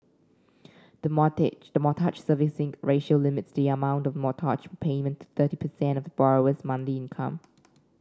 the the Mortgage Servicing Ratio limits the amount for mortgage repayment thirty percent of the borrower's monthly income